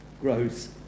grows